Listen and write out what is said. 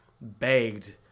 begged